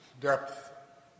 depth